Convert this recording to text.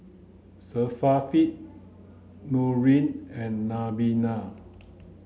Syafiq Nurin and Nabila